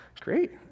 great